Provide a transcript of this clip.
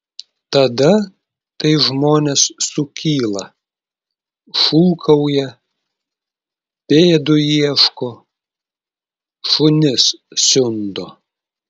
tada tai žmonės sukyla šūkauja pėdų ieško šunis siundo